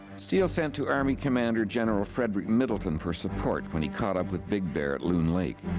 steele sent to army commander general frederick middleton for support when he caught up with big bear at loon lake.